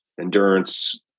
endurance